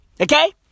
Okay